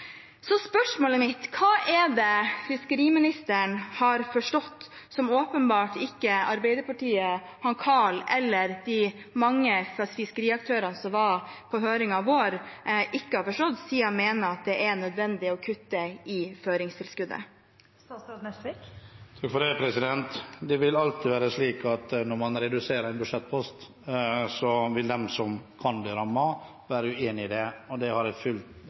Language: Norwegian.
Spørsmålet mitt er: Hva er det fiskeriministeren har forstått som åpenbart ikke Arbeiderpartiet, Karl eller de mange fiskeriaktørene som var på høringen vår, har forstått, siden han mener at det er nødvendig å kutte i føringstilskuddet? Det vil alltid være slik at når man reduserer en budsjettpost, vil de som kan bli rammet, være uenig i det. Det har jeg full